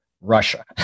Russia